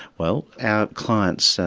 well our clients,